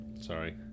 Sorry